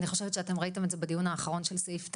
אני חושבת שאתם ראיתם את זה בדיון האחרון של סעיף תשע,